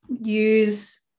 use